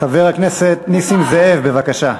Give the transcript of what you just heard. חבר הכנסת נסים זאב, בבקשה.